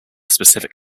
specific